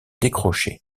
décroché